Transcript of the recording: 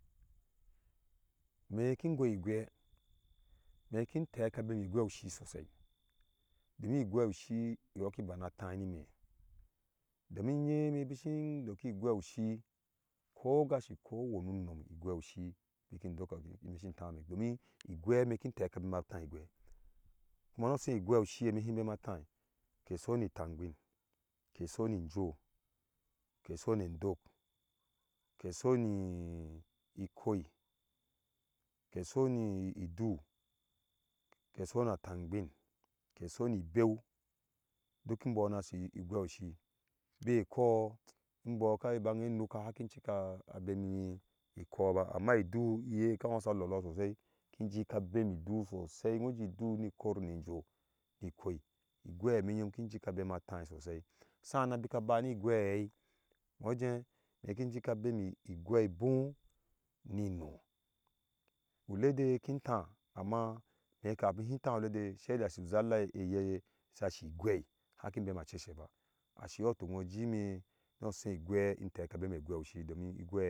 Mekin goi ogwe me kin teka bemi gwe oshi sosai domin igweoshi yɔɔki bana taai ni ime domin ŋye me besi doki gweoshi biki doko mesi ntaame domi igwe me kin teka bema taai igwe no osui igwe oshi eme him bema taai ke so ni tangbin, ke so ni injo ke soni indok ke soni ikoi keso ni idu ke sona tangbin ke soni ibeu duk imbɔɔ no ashi igwe oshibe ekɔɔ mbɔɔ ka baŋaa anuka havi cika abemi be ekɔɔba amma idu iye ka jike lolo sosai injika bemi idu sos ai uji idu ni kor ni injo ni ikoi igwe me ŋyom kin jika bema taai sosai sanan bika ba ni igwe a hei nɔje me kim jika b ni igwe a ŋboh ni ino ule de kin taa amma me kapin hi taai u lede sedei asi uzella eye ha sigwei haki bemime acese ba asi ɔɔ huk ŋo ji imeni osui igwe inteka beme igwe oshi sosai domin igwe